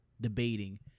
debating